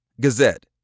Gazette